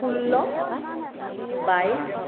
ষোল্ল বাইছ